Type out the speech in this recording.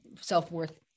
self-worth